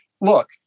look